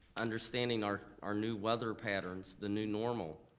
understanding our our new weather patterns, the new normal,